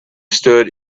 stood